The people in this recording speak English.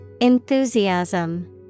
Enthusiasm